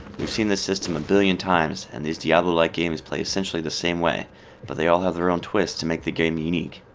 we've seen this system a billion times, and these diablo-like games play essentially the same way but they all have their own twist to make their game unique.